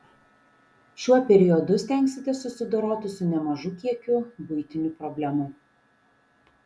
šiuo periodu stengsitės susidoroti su nemažu kiekiu buitinių problemų